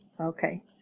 Okay